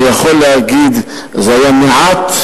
אני יכול להגיד, זה היה מעט,